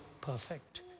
perfect